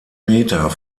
meter